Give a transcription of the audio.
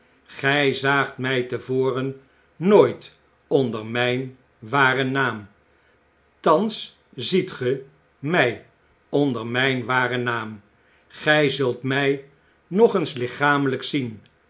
gy zaagt my te voren nooit onder myn waren naam thans ziet ge my onder myn waren naam gy zult my nog eens lichamelijk zien